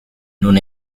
non